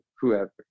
whoever